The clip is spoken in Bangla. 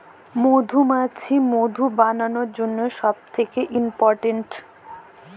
মধুমাছি মধু বানানোর জন্য সব থেকে ইম্পোরট্যান্ট